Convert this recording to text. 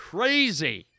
Crazy